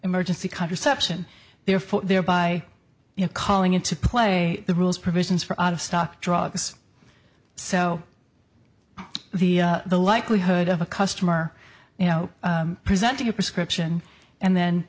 emergency contraception therefore thereby calling into play the rules provisions for out of stock drugs so the the likelihood of a customer you know presenting a prescription and then